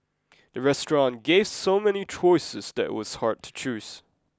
the restaurant gave so many choices that was hard to choose